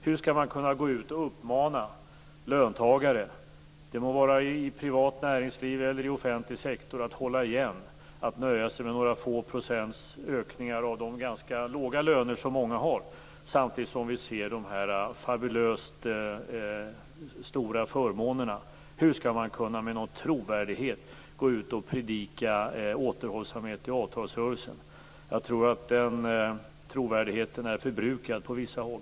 Hur skall man kunna gå ut och uppmana löntagare - det må vara i privat näringsliv eller i offentlig sektor - att hålla igen och nöja sig med några få procents ökningar av de ganska låga löner som många har, samtidigt som man ser dessa fabulöst stora förmåner? Hur skall man med någon trovärdighet kunna gå ut och predika återhållsamhet i avtalsrörelsen? Jag tror att den trovärdigheten är förbrukad på vissa håll.